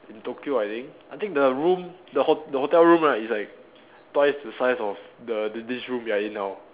in Tokyo I think I think the room the ho~ the hotel room right is like twice the size of the thi~ this room we are in now